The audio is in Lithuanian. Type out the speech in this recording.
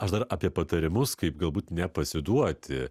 aš dar apie patarimus kaip galbūt nepasiduoti